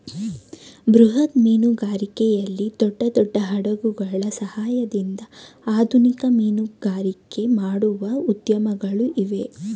ಬೃಹತ್ ಮೀನುಗಾರಿಕೆಯಲ್ಲಿ ದೊಡ್ಡ ದೊಡ್ಡ ಹಡಗುಗಳ ಸಹಾಯದಿಂದ ಆಧುನಿಕ ಮೀನುಗಾರಿಕೆ ಮಾಡುವ ಉದ್ಯಮಗಳು ಇವೆ